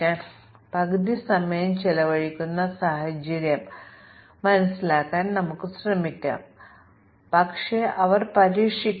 മറ്റ് ടെസ്റ്റിംഗ് ടെക്നിക്കുകളുമായി താരതമ്യപ്പെടുത്തുമ്പോൾ മ്യൂട്ടേഷൻ ടെസ്റ്റിന്റെ പ്രയോജനം എന്താണ് ഒരു പ്രധാന പോരായ്മ എന്താണ്